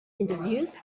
interviews